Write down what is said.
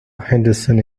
henderson